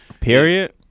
Period